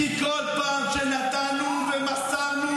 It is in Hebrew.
כי כל פעם שנתנו ומסרנו,